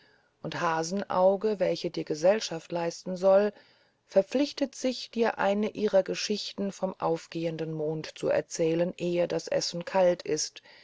und hasenauge welche dir gesellschaft leisten soll verpflichtet sich dir eine ihrer geschichten vom aufgehenden mond zu erzählen ehe das essen kalt ist